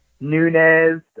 nunez